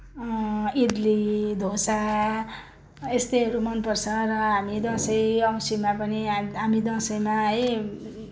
इडली डोसा यस्तैहरू मनपर्छ र हामी दसैँ औँसीमा पनि हामी दसैँमा है